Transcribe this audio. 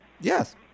Yes